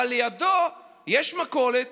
אבל לידו יש מכולת